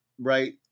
right